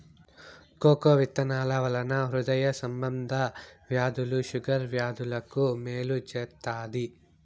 cocoa విత్తనాల వలన హృదయ సంబంధ వ్యాధులు షుగర్ వ్యాధులకు మేలు చేత్తాది